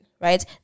right